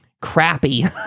crappy